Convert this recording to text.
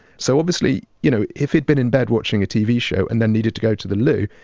so obviously, you know, if he'd been in bed watching a tv show and then needed to go to the loo,